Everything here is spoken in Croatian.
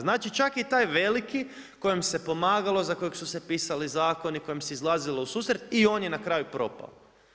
Znači čak i taj veliki kojem se pomagalo, za kojeg su se pisali zakoni, kojem se izlazilo u susret i on je na kraju propao.